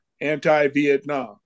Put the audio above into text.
anti-Vietnam